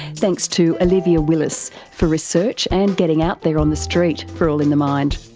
thanks to olivia willis for research and getting out there on the street for all in the mind.